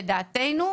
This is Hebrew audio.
לדעתנו,